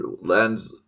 lands